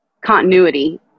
continuity